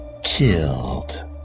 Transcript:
killed